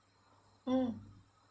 mm